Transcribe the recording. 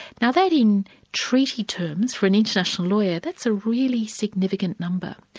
now that in treaty terms, for an international lawyer, that's a really significant number.